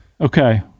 Okay